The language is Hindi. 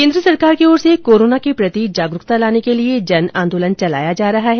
केन्द्र सरकार की ओर से कोरोना के प्रति जागरूकता लाने के लिए जन आंदोलन चलाया जा रहा है